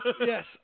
Yes